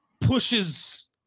pushes